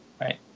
Right